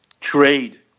trade